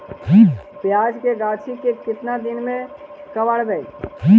प्याज के गाछि के केतना दिन में कबाड़बै?